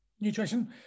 nutrition